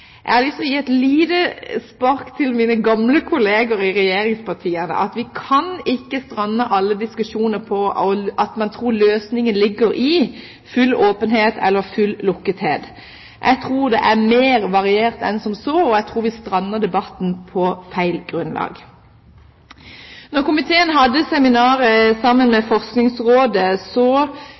Jeg har lyst til å gi et lite spark til mine gamle kolleger i regjeringspartiene: Vi kan ikke strande alle diskusjoner på at vi tror løsningen ligger i full åpenhet eller full lukkethet. Jeg tror det er mer variert enn som så, og jeg tror debatten strander på feil grunnlag. Da komiteen hadde seminaret sammen med Forskningsrådet,